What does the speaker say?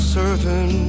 certain